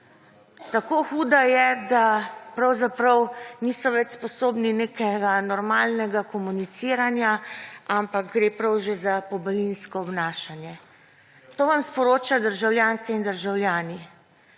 Tako huda je, da pravzaprav niso več sposobni nekega normalnega komuniciranja, ampak gre prav že za pobalinsko obnašanje.« To vam sporočajo državljanke in državljani.